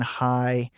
high